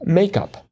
makeup